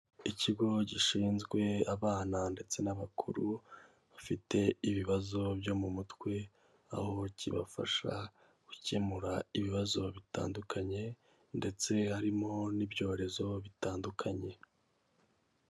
Ikigo gishinzwe abana ndetse n'abakuru, bafite ibibazo byo mu mutwe, aho kibafasha gukemura ibibazo bitandukanye, ndetse harimo n'ibyorezo bitandukanye.